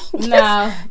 no